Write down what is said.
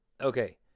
Okay